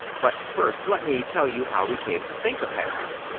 but, first, let me tell you how he came to think of hammers.